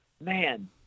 man